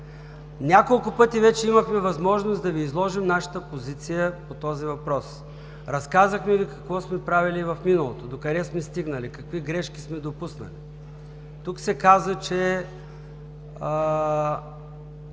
Няколко пъти вече имахме възможност да Ви изложим нашата позиция по този въпрос. Разказахме Ви какво сме правили в миналото, докъде сме стигнали, какви грешки сме допуснали. Тук се каза, че